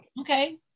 Okay